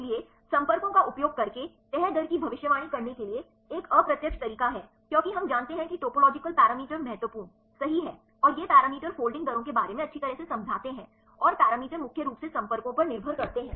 इसलिए संपर्कों का उपयोग करके तह दर की भविष्यवाणी करने के लिए एक अप्रत्यक्ष तरीका है क्योंकि हम जानते हैं कि टोपोलॉजिकल पैरामीटर महत्वपूर्ण सही हैं और ये पैरामीटर फोल्डिंग दरों के बारे में अच्छी तरह से समझाते हैं और पैरामीटर मुख्य रूप से संपर्कों पर निर्भर करते हैं